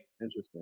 Interesting